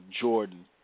Jordan